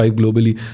globally